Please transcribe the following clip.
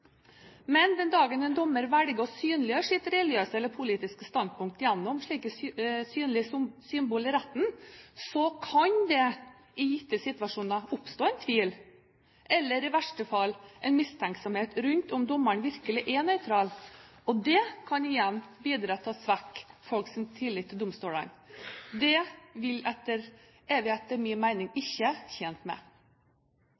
Men den dagen en dommer velger å synliggjøre sitt religiøse eller politiske standpunkt gjennom slike synlige symboler i retten, kan det i gitte situasjoner oppstå en tvil, eller i verste fall en mistenksomhet, om dommeren virkelig er nøytral. Det kan igjen bidra til å svekke folks tillit til domstolene. Det er vi etter